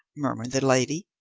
murmured the lady